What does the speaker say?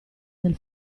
del